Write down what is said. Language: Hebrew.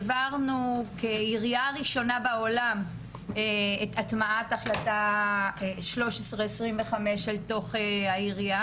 העברנו כעירייה ראשונה בעולם את הטמעת החלטה 1325 אל תוך העירייה,